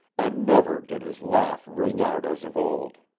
and never did his laugh ring out as of old.